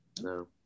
No